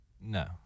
No